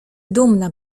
dumna